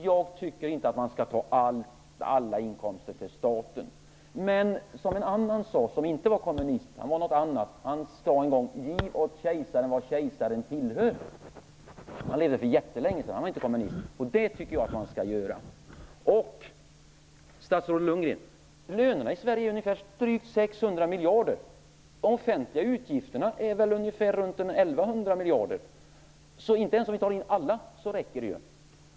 Jag tycker inte att man skall ta alla inkomster till staten, statsrådet Lundgren. Men som en som inte var kommunist sade: Ge kejsaren, vad kejsaren tillhör. Han levde för jättelänge sedan och var inte kommunist. Jag tycker att man skall göra detta. Lönerna i Sverige är drygt 600 miljarder, statsrådet Lundgren. De offentliga utgifterna ligger väl på ungefär 1 100 miljarder. Inte ens om vi tar in alla pengar räcker de.